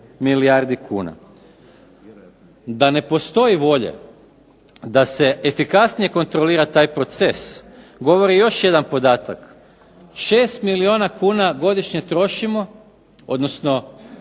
milijardi kuna. Da ne postoji volja, da se efikasnije kontrolira taj proces govori još jedan podatak, 6 milijuna kuna godišnje trošimo, odnosno